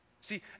See